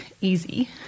easy